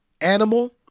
animal